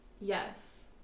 Yes